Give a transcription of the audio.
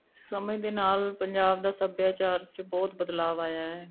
ਸਮੇਂ ਦੇ ਨਾਲ ਪੰਜਾਬ ਦਾ ਸੱਭਿਆਚਾਰ 'ਚ ਬਹੁਤ ਬਦਲਾਵ ਆਇਆ ਹੈ